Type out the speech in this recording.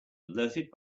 alerted